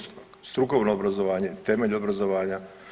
Strukovno obrazovanja, temelj obrazovanja.